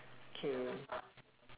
K